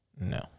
no